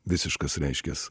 visiškas reiškias